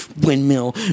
windmill